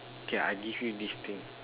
okay I give you this thing